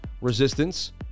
resistance